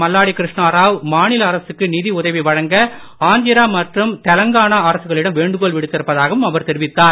மல்லாடி கிருஷ்ணராவ் மாநில அரசுக்கு நிதி உதவி வழங்க ஆந்திரா மற்றும் தெலுங்கானா அரசுகளிடம் வேண்டுகோள் விடுத்திருப்பதாகவும் அவர் தெரிவித்தார்